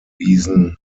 wiesen